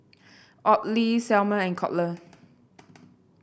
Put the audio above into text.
Audley Selmer and Colter